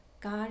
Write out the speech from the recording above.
god